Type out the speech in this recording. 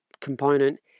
component